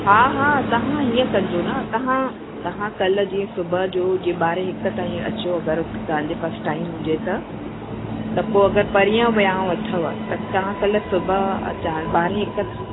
हा हा तव्हां हीअं कजो न तव्हां तव्हां कल्ह जीअं सुबुह जो जीअं ॿारहें हिक ताईं अचो अगरि तव्हां जे पास टाइम हुजे त त पोइ अगरि परीहं विहांव अथव त तव्हां कल्ह सुबुह अचो तव्हां ॿारहें हिक त